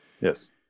Yes